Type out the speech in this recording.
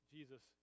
Jesus